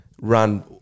run